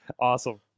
awesome